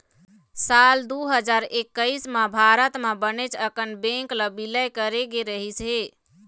साल दू हजार एक्कइस म भारत म बनेच अकन बेंक ल बिलय करे गे रहिस हे